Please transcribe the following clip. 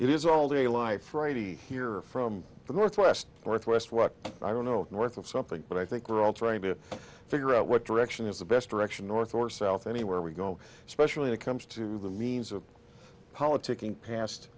is all the life righty here from the northwest northwest what i don't know north of something but i think we're all trying to figure out what direction is the best direction north or south anywhere we go especially it comes to the means of politicking pas